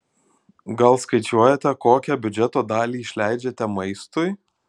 gal skaičiuojate kokią biudžeto dalį išleidžiate maistui